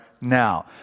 now